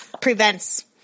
Prevents